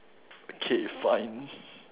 okay fine